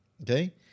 Okay